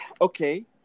okay